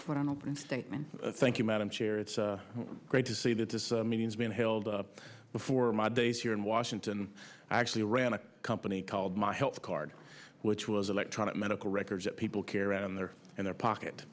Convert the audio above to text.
for an opening statement thank you madam chair it's great to see that this meeting has been held up before my days here in washington actually ran a company called my health card which was electronic medical records that people care and they're in their pocket